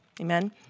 Amen